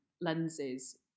lenses